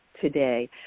today